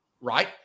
right